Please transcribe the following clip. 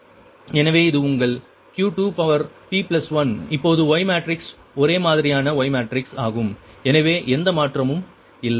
எனவே இது உங்கள் Q2p1 இப்போது Y மேட்ரிக்ஸ் ஒரே மாதிரியான Y மேட்ரிக்ஸ் ஆகும் எனவே எந்த மாற்றமும் இல்லை